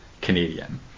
Canadian